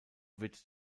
wird